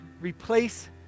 replace